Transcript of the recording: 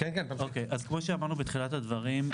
כמו שאמרנו בתחילת הדברים,